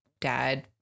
dad